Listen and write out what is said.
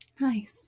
nice